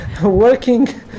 Working